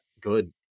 good